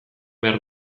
behar